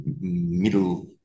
Middle